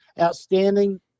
outstanding